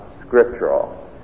scriptural